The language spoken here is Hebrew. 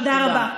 תודה רבה.